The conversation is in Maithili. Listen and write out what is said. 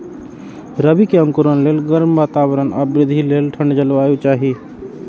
रबी के अंकुरण लेल गर्म वातावरण आ वृद्धि लेल ठंढ जलवायु चाही